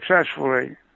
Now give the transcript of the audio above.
successfully